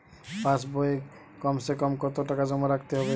পাশ বইয়ে কমসেকম কত টাকা জমা রাখতে হবে?